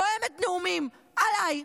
נואמת נאומים עליי.